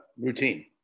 routine